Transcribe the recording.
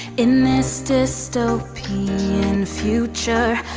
in this dystopian future,